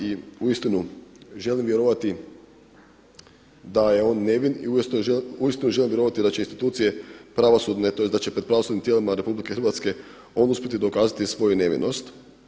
I uistinu, želim vjerovati da je on nevin i uistinu želim vjerovati da su institucije pravosudne, tj. da će pred pravosudnim tijelima Republike Hrvatske on uspjeti dokazati svoju nevinost.